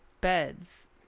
beds